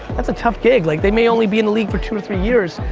that's a tough gig. like they may only be in the league for two or three years.